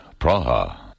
Praha